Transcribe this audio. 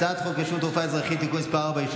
הצעת חוק רשות תעופה אזרחית (תיקון מס' 4)